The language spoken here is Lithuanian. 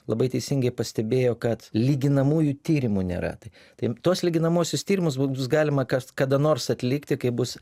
labai teisingai pastebėjo kad lyginamųjų tyrimų nėra tai taip tuos lyginamuosius tyrimus bus bus galima kas kada nors atlikti kai bus